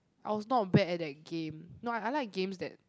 I was not bad at that game no I I like games that